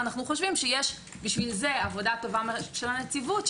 ואנחנו חושבים שיש בשביל זה עבודה טובה של הנציבות,